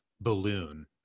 balloon